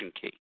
key